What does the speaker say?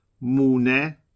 Mune